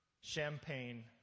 Champagne